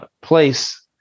place